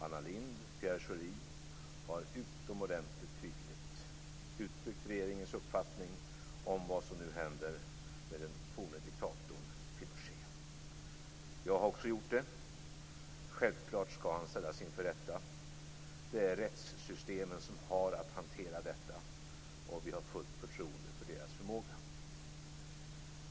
Anna Lindh och Pierre Schori, har utomordentligt tydligt uttryckt regeringens uppfattning om vad som nu händer med den forne dikatorn Pinochet. Också jag har gjort det. Självklart skall han ställas inför rätta. Det är rättssystemen som har att hantera detta, och vi har fullt förtroende för deras förmåga.